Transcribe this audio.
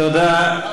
תודה.